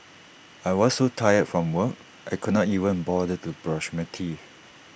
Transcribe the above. I was so tired from work I could not even bother to brush my teeth